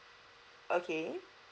okay